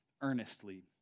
earnestly